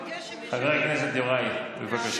כשבאתי לדבר עם יאיר לפיד על הדיור הציבורי,